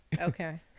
okay